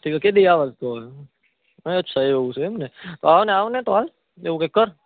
તે કઉ કેદી આવશ તું હવે એમ અચ્છા એવું છે એમ ને તો આવને આવને તો હાલને એવું કંઇક કર